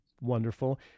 wonderful